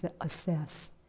assess